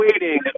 waiting